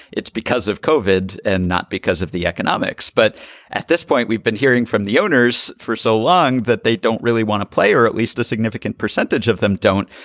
it's because of covered and not because of the economics but at this point, we've been hearing from the owners for so long that they don't really want to play or at least a significant percentage of them don't,